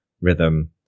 rhythm